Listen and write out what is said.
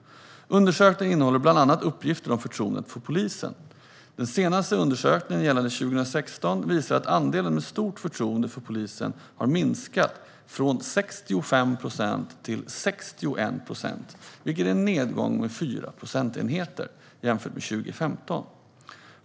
Undersökningen innehåller bland annat uppgifter om förtroendet för polisen. Den senaste undersökningen gällande 2016 visar att andelen med stort förtroende för polisen har minskat från 65 procent till 61 procent, vilket är en nedgång med 4 procentenheter jämfört med 2015.